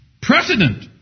Precedent